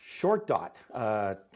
ShortDot